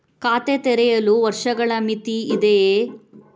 ಖಾತೆ ತೆರೆಯಲು ವರ್ಷಗಳ ಮಿತಿ ಇದೆಯೇ?